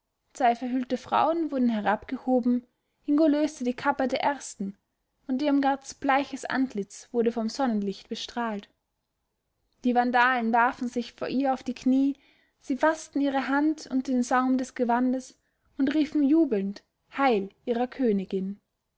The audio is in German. zwei verhüllte frauen wurden herabgehoben ingo löste die kappe der ersten und irmgards bleiches antlitz wurde vom sonnenlicht bestrahlt die vandalen warfen sich vor ihr auf die knie sie faßten ihre hand und den saum des gewandes und riefen jubelnd heil ihrer königin